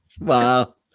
Wow